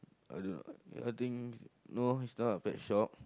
I don't know I think no it's not a pet shop